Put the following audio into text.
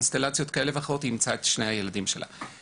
האישה הזאת אימצה את שני הילדים של אותה אישה ששתתה.